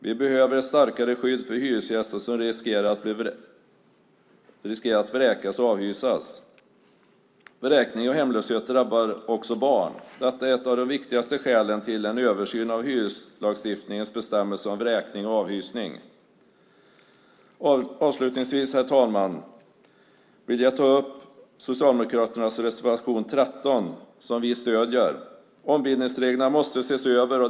Vi behöver ett starkare skydd för hyresgäster som riskerar att vräkas och avhysas. Vräkning och hemlöshet drabbar också barn. Detta är ett av de viktigaste skälen till en översyn av hyreslagstiftningens bestämmelser om vräkning och avhysning. Herr talman! Avslutningsvis vill jag ta upp Socialdemokraternas reservation 13 som vi stöder. Ombildningsreglerna måste ses över.